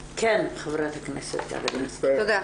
כן, חברת הכנסת גבי לסקי.